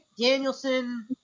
Danielson